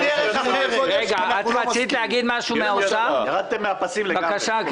ירדתם מן הפסים לגמרי.